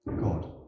God